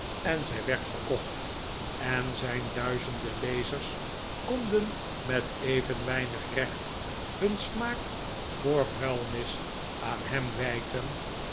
en zij werd verkocht en zijn duizenden lezers konden met even weinig recht hun smaak voor vuilnis aan hem wijten